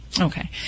Okay